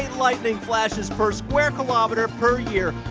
lightning flashes per square kilometer per year.